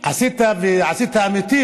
ועשית אמיתי,